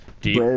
deep